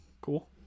cool